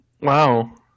wow